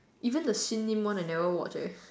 even the Sim-Lim one I never watch eh